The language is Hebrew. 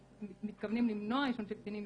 מתכוונים למנוע עישון של קטינים,